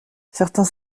certains